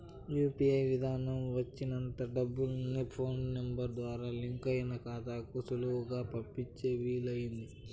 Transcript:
UPI విదానం వచ్చినంత డబ్బుల్ని ఫోన్ నెంబరు ద్వారా లింకయిన కాతాలకు సులువుగా పంపించే వీలయింది